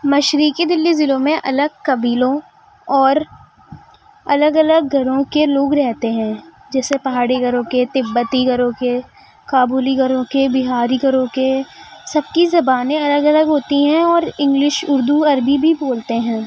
مشرقی دلی ضلعوں میں الگ قبلیوں اور الگ الگ گروہ کے لوگ رہتے ہیں جیسے پہاڑی گروہ کے تبتی گروہ کے کابلی گروہ کے بہاری گروہ کے سب کی زبانیں الگ الگ ہوتی ہیں اور انگلش اردو عربی بھی بولتے ہیں